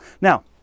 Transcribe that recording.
Now